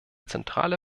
zentrale